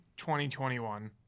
2021